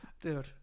Dude